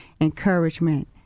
encouragement